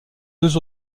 deux